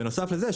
בנוסף לזה,